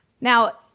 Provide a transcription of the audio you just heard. now